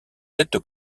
estes